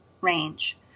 range